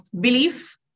belief